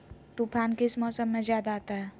तूफ़ान किस मौसम में ज्यादा आता है?